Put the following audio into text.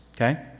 okay